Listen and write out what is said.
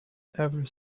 ever